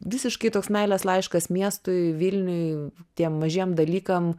visiškai toks meilės laiškas miestui vilniui tiem mažiem dalykam